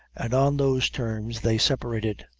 and on those terms they separated.